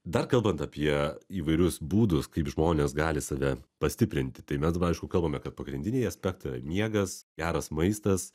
dar kalbant apie įvairius būdus kaip žmonės gali save pastiprinti tai mes dabar aišku kalbam apie pagrindinį aspektą miegas geras maistas